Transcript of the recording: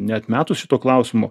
neatmetus šito klausimo